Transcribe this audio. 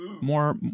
more